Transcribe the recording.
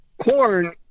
corn